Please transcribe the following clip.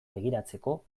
begiratzeko